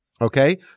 Okay